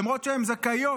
למרות שהן זכאיות.